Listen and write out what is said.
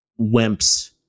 Wimps